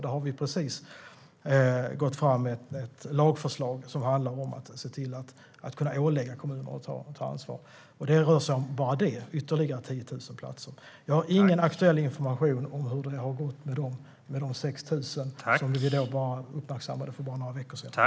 Där har vi precis gått fram med ett lagförslag som handlar om att kunna ålägga kommuner att ta ansvar. Bara det rör sig om ytterligare 10 000 platser. Jag har ingen aktuell information om hur det har gått med de 6 000 personer som vi uppmärksammade för några veckor sedan.